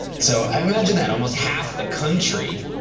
so i imagine that, almost half the country,